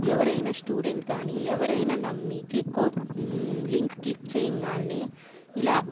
ఎవరైనా స్టూడెంట్ కానీ ఎవరైనా నమ్మి క్లిక్ ఓ లింక్ క్లిక్ చేయంగానే ఇలా